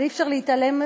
אבל אי-אפשר להתעלם,